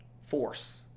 force